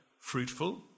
fruitful